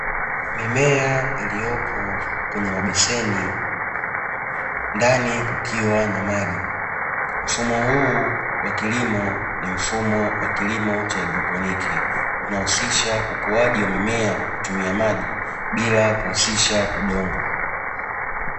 Mimea iliyopo kwenye mabeseni ndani kukiwa na maji, mfumo huu wa kilimo ni mfumo wa kilimo cha haidroponi huusisha ukuaji wa mimea kwa kutumia maji bila kutumia udongo.